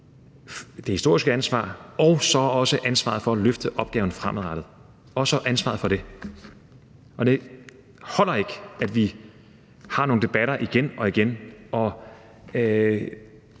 det historiske ansvar, og også ansvaret for at løfte opgaven fremadrettet. Det holder ikke, at vi har nogle debatter igen og igen,